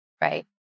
right